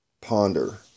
ponder